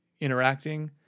interacting